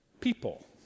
people